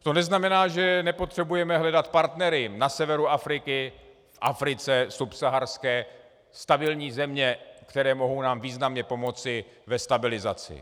To neznamená, že nepotřebujeme hledat partnery na severu Afriky, v Africe subsaharské, stabilní země, které nám mohou významně pomoci ve stabilizaci.